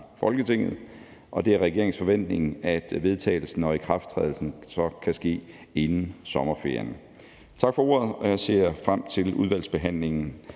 Folketinget. Det er regeringens forventning, at vedtagelsen og ikrafttrædelsen så kan ske inden sommerferien. Tak for ordet. Jeg ser frem til udvalgsbehandlingen